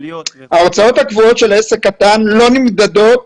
ההוצאות הקבועות של עסק קטן לא נמדדות